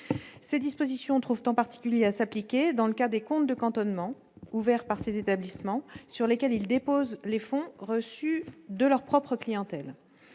Ces dispositions trouvent en particulier à s'appliquer dans le cas des comptes de cantonnement ouverts par ces établissements sur lesquels ils déposent les fonds reçus de leur propre clientèle.